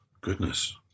Goodness